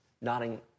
nodding